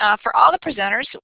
um for all the presenters,